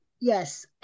Yes